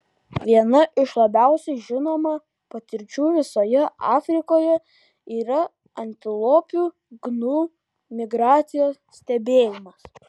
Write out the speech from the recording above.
viena iš labiausiai žinomų patirčių visoje afrikoje yra antilopių gnu migracijos stebėjimas